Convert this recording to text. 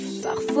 Parfois